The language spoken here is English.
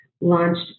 launched